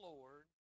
Lord